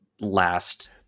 last